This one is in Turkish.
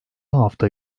hafta